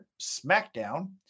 SmackDown